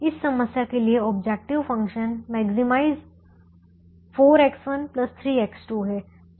इस समस्या के लिए objective function maximise 4X1 3X2 है